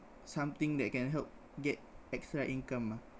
something that can help get extra income ah